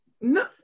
No